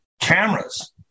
cameras